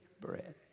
bread